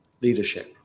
leadership